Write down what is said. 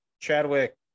Chadwick